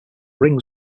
rings